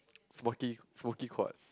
smokey smokey quarts